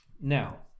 now